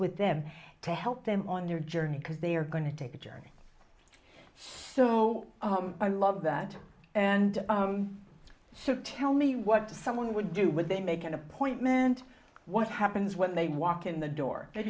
with them to help them on their journey because they are going to take a journey so i love that and so tell me what someone would do would they make an appointment what happens when they walk in the door